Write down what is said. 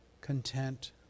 content